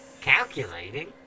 Calculating